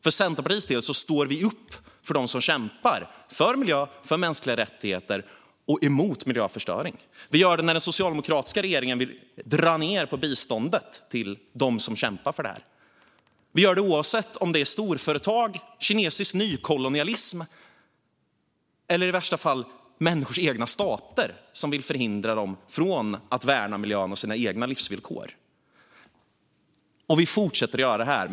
För Centerpartiets del står vi upp för dem som kämpar för miljö och mänskliga rättigheter och mot miljöförstöring. Vi gör det när den socialdemokratiska regeringen vill dra ned på biståndet till dem som kämpar för det här. Vi gör det oavsett om det är storföretag, kinesisk nykolonialism eller, i värsta fall, människors egna stater som vill förhindra dem från att värna miljön och sina egna livsvillkor. Vi fortsätter att göra det här.